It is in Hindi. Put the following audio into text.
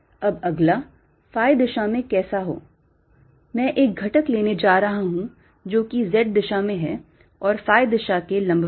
अब अगला phi दिशा में कैसे हो मैं एक घटक लेने जा रहा हूं जो कि Z दिशा में है और phi दिशा के लंबवत है